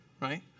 right